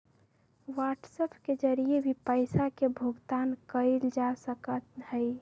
WhatsApp के जरिए भी पैसा के भुगतान कइल जा सका हई